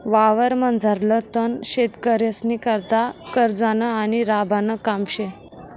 वावरमझारलं तण शेतकरीस्नीकरता खर्चनं आणि राबानं काम शे